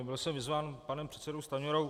Byl jsem vyzván panem předsedou Stanjurou.